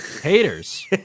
Haters